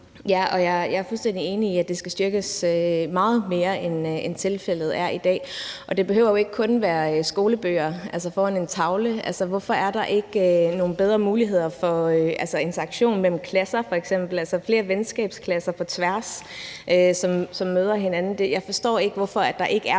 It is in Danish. enig i, at det skal styrkes meget mere, end tilfældet er i dag, og det behøver jo ikke kun handle om skolebøger og det, der sker foran en tavle. Hvorfor er der f.eks. ikke nogle bedre muligheder for interaktion mellem klasser, altså flere venskabsklasser på tværs, som møder hinanden. Jeg forstår ikke, hvorfor der ikke er